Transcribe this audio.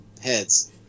Heads